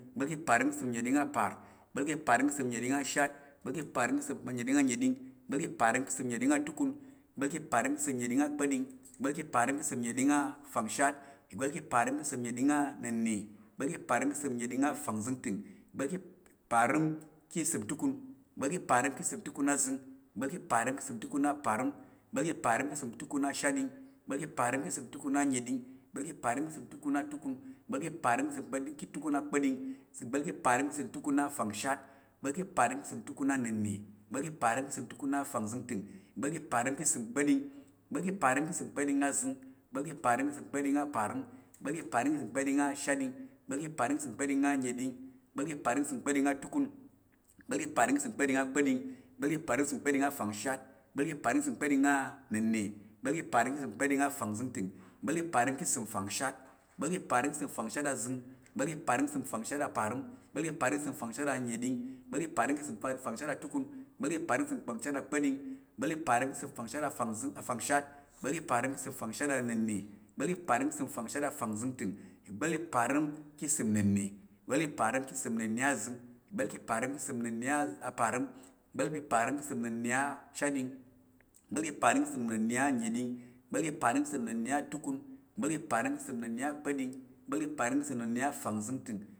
Ìgba̱l pa̱ parəm ki səm nəɗing aparəm. ìgba̱l pa̱ parəm ki səm nəɗing ashatɗing. ìgba̱l pa̱ parəm ki səm nəɗing anəɗing. ìgba̱l pa̱ parəm ka̱ ìsəm nnəɗing atukun. ìgba̱l pa̱ parəm ka̱ ìsəm nnəɗing akpa̱ɗing. ìgba̱l pa̱ parəm ka̱ ìsəm nnəɗing "at" afangshat. ìgba̱l pa̱ parəm ka̱ ìsəm nnəɗing anənna̱. ìgba̱l pa̱ parəm ka̱ ìsəm nnəɗing afangzəngtəng. ìgba̱l pa̱ parəm ka̱ ìsəm ntukun. ìgba̱l pa̱ parəm ka̱ ìsəm tukun azəng. ìgba̱l pa̱ parəm ka̱ ìsəm tukun aparəm. ìgba̱l pa̱ parəm ka̱ ìsəm tukun ashatɗing. ìgba̱l pa̱ parəm ka̱ ìsəm tukun anənɗing. ìgba̱l pa̱ parəm ka̱ ìsəm tukun atukun. ìgba̱l pa̱ parəm ka̱ ìsəm tukun akpa̱ɗing. ìgba̱l pa̱ parəm ka̱ ìsəm tukun afangshat. ìgba̱l pa̱ parəm ka̱ ìsəm tukun annəna̱. ìgba̱l pa̱ parəm ka̱ ìsəm tukun afangzəngtəng. ìgba̱l pa̱ parəm ka̱ ìsəm kpa̱ɗing. ìgba̱l pa̱ parəm ka̱ ìsəm kpa̱ɗing azəng. ìgba̱l pa̱ parəm ka̱ ìsəm kpa̱ɗing aparəm. ìgba̱l pa̱ parəm ka̱ ìsəm kpa̱ɗing ashatɗing. ìgba̱l pa̱ parəm ka̱ ìsəm kpa̱ɗing anənɗing. ìgba̱l pa̱ parəm ka̱ ìsəm kpa̱ɗing atukun. ìgba̱l pa̱ parəm ka̱ ìsəm kpa̱ɗing akpa̱ɗing. ìgba̱l pa̱ parəm ka̱ ìsəm kpa̱ɗing afangshat. ìgba̱l pa̱ parəm ka̱ ìsəm kpa̱ɗing anənna̱. ìgba̱l pa̱ parəm ka̱ ìsəm kpa̱ɗing afangzəngtəng. ìgba̱l pa̱ parəm ka̱ ìsəm fangshat. ìgba̱l pa̱ parəm ka̱ ìsəm fangshat azəng. ìgba̱l pa̱ parəm ka̱ ìsəm fangshat aparəm. ìgba̱l pa̱ parəm ka̱ ìsəm fangshat ashatɗing. ìgba̱l pa̱ parəm ka̱ ìsəm fangshat manəɗing. ìgba̱l pa̱ parəm ka̱ ìsəm fangshat atukun. ìgba̱l pa̱ parəm ka̱ ìsəm fangshat akpa̱ɗing. ìgba̱l pa̱ parəm ka̱ ìsəm fangshat afangshat. ìgba̱l pa̱ parəm ka̱ ìsəm fangshat anənna̱